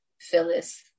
Phyllis